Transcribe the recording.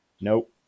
Nope